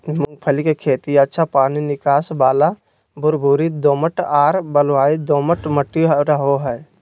मूंगफली के खेती अच्छा पानी निकास वाला भुरभुरी दोमट आर बलुई दोमट मट्टी रहो हइ